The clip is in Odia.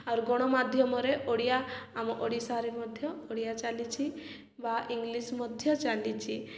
ଆଉ ଗଣମାଧ୍ୟମରେ ଓଡ଼ିଆ ଆମ ଓଡ଼ିଶାରେ ମଧ୍ୟ ଓଡ଼ିଆ ଚାଲିଛି ବା ଇଂଲିଶ ମଧ୍ୟ ଚାଲିଛିି